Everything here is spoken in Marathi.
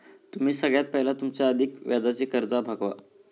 तुम्ही सगळ्यात पयला तुमची अधिक व्याजाची कर्जा भागवा